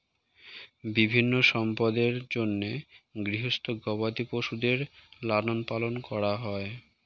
বিভিন্ন সম্পদের জন্যে গৃহস্থ গবাদি পশুদের লালন পালন করা হয়